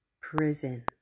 prison